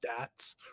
stats